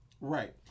Right